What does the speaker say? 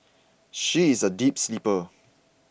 she is a deep sleeper